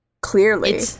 clearly